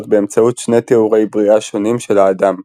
באמצעות שני תיאורי בריאה שונים של האדם,